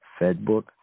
FedBook